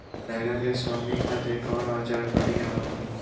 बैगन के सोहनी खातिर कौन औजार बढ़िया होला?